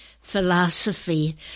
philosophy